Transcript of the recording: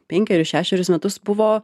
penkerius šešerius metus buvo